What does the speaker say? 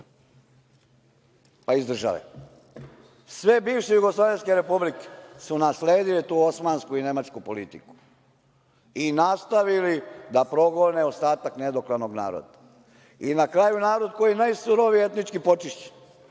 i iz države. Sve bivše jugoslovenske republike su nasledile tu osmansku i nemačku politiku i nastavili da progone ostatak nedoklanog naroda. Na kraju narod koji je najsurovije etnički počišćen,